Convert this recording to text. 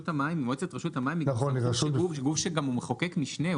מועצת רשות המים היא גוף שגם מחוקק משנה,